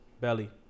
Belly